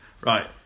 Right